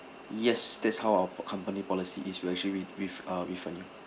yes that's how our company policy is actually re~ re~ uh refund you